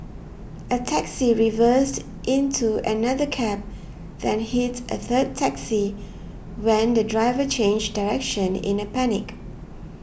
a taxi reversed into another cab then hit a third taxi when the driver changed direction in a panic